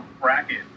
bracket